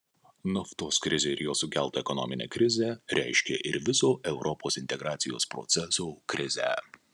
naftos krizė ir jos sukelta ekonominė krizė reiškė ir viso europos integracijos proceso krizę